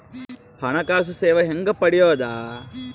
ಹಣಕಾಸು ಸೇವಾ ಹೆಂಗ ಪಡಿಯೊದ?